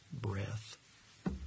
breath